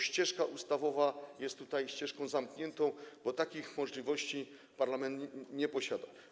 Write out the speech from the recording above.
Ścieżka ustawowa jest ścieżką zamkniętą, bo takich możliwości parlament nie posiada.